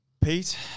Pete